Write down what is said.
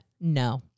no